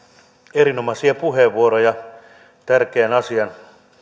erinomaisia puheenvuoroja tärkeän asian